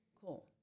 cool